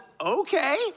okay